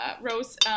rose